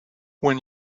when